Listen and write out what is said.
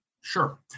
Sure